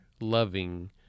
loving